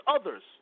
others